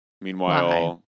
Meanwhile